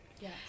Yes